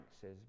says